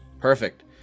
Perfect